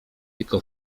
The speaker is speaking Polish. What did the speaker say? tylko